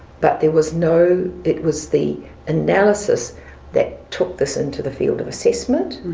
but there was no. it was the analysis that took this into the field of assessment